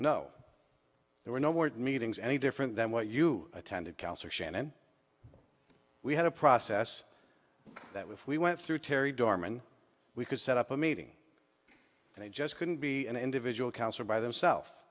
no there were no board meetings any different than what you attended councillor shannon we had a process that we we went through terry dorman we could set up a meeting and he just couldn't be an individual council by themself